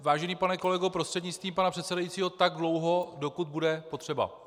Vážený pane kolego prostřednictvím pana předsedajícího, budeme tam tak dlouho, dokud bude potřeba.